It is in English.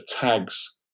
tags